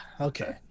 Okay